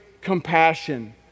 compassion